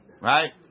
right